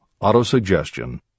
Autosuggestion